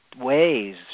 ways